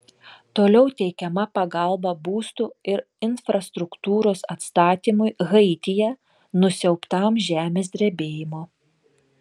toliau teikiama pagalba būstų ir infrastruktūros atstatymui haityje nusiaubtam žemės drebėjimo